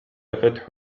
فتح